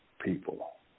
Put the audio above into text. people